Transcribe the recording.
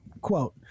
Quote